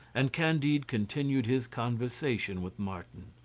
and candide continued his conversation with martin.